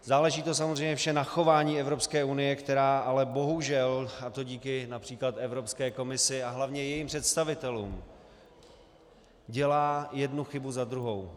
Záleží to samozřejmě vše na chování Evropské unie, která ale bohužel a to díky např. Evropské komisi a hlavně jejím představitelům dělá jednu chybu za druhou.